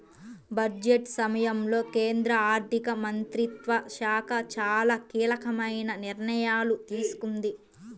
budget సమయంలో కేంద్ర ఆర్థిక మంత్రిత్వ శాఖ చాలా కీలకమైన నిర్ణయాలు తీసుకుంది